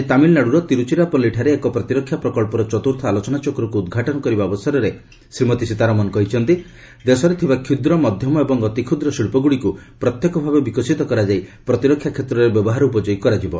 ଆଜି ତାମିଲ୍ନାଡୁର ତିରୁଚିରାପଲ୍ଲୀଠାରେ ଏକ ପ୍ରତିରକ୍ଷା ପ୍ରକ୍ସର ଚତୁର୍ଥ ଆଲୋଚନାଚକ୍ରକୁ ଉଦ୍ଘାଟନ କରିବା ଅବସରରେ ଶ୍ରୀମତୀ ସୀତାରମଣ କହିଛନ୍ତି ଦେଶରେ ଥିବା କ୍ଷୁଦ୍ର ମଧ୍ୟମ ଏବଂ ଅତିକ୍ଷୁଦ୍ର ଶିଳ୍ପଗୁଡ଼ିକୁ ପ୍ରତ୍ୟକ୍ଷ ଭାବେ ବିକଶିତ କରାଯାଇ ପ୍ରତିରକ୍ଷା କ୍ଷେତ୍ରରେ ବ୍ୟବହାର ଉପଯୋଗୀ କରାଯିବ